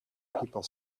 people